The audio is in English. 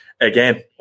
again